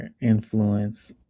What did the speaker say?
influence